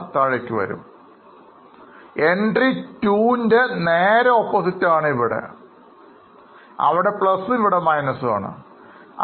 entry 2 show നിങ്ങൾ ഓർക്കുന്നുണ്ടോ entry 2 ൻറെ നേർവിപരീതമാണ് ഇത് അവിടെ പ്ലസും ഇവിടെ മൈനസ് ആണിത്